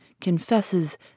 confesses